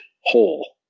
whole